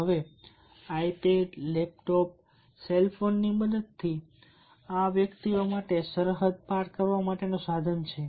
હવે iPad laptop cell ફોનની મદદથી આ વ્યક્તિઓ માટે સરહદો પાર કરવા માટેનું સાધન છે